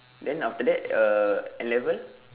than after that uh N-level